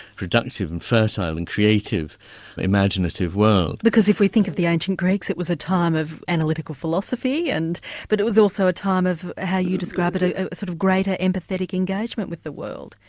productive and fertile and creative imaginative world. because if we think of the ancient greeks it was a time of analytical philosophy and but it was also a time of how you describe it as a sort of greater empathetic engagement with the world.